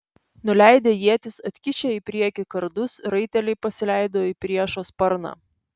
nuleidę ietis atkišę į priekį kardus raiteliai pasileido į priešo sparną